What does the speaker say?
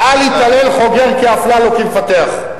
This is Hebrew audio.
ואל יתהלל חוגר כאפללו כמפתח.